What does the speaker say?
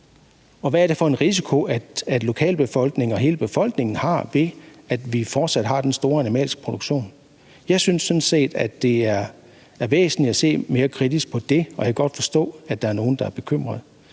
Hvad er det for en risiko, lokalbefolkningen og hele befolkningen har, ved at vi fortsat har den store animalske produktion? Jeg synes sådan set, at det er væsentligt at se mere kritisk på det, og jeg kan godt forstå, at der er nogle, der er bekymrede.